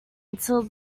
until